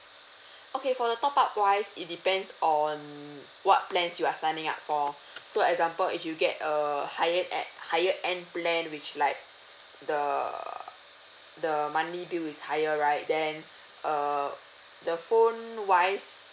okay for the top up wise it depends on what plans you are signing up for so example if you get a higher at higher end plan which like the the monthly bill is higher right then err the phone wise